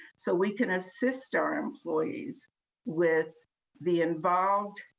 so we can assist our employees with the involved,